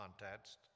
context